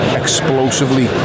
explosively